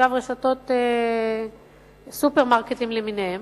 מסופרמרקטים למיניהם,